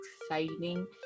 exciting